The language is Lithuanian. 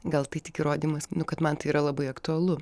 gal tai tik įrodymas nu kad man tai yra labai aktualu